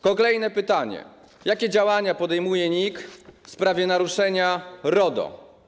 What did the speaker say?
Kolejne pytanie: Jakie działania podejmuje NIK w sprawie naruszenia RODO?